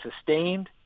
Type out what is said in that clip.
sustained